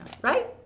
right